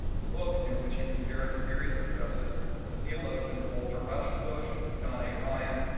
the book in which you compare the theories of justice of theologians walter rauschenbusch, john a. ryan,